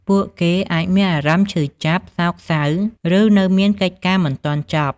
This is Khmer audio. ពួកគេអាចមានអារម្មណ៍ឈឺចាប់ សោកសៅ ឬនៅមានកិច្ចការមិនទាន់ចប់។